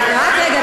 רק רגע,